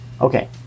Okay